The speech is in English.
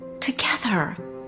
Together